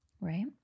Right